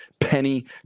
penny